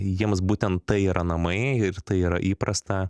jiems būtent tai yra namai ir tai yra įprasta